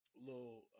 little